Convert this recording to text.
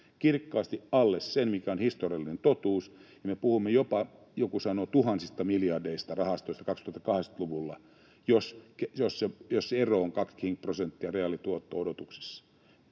kirkkaasti alle sen, mikä on historiallinen totuus, ja me puhumme jopa, joku sanoo, tuhansista miljardeista rahastoissa 2080-luvulla, jos se ero on kaksikin prosenttia reaalituotto-odotuksissa.